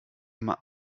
immer